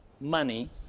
money